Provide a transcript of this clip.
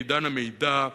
בעידן המידע,